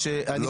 לא לא.